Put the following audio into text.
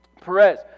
perez